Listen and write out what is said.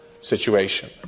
situation